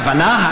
הכוונה,